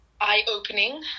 Eye-opening